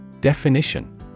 Definition